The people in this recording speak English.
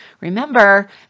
Remember